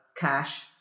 cash